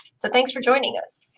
so thanks for joining us.